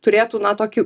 turėtų na tokį